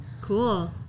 Cool